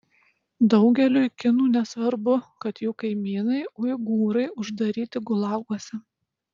daugeliui kinų nesvarbu kad jų kaimynai uigūrai uždaryti gulaguose